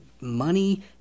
money